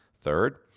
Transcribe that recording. Third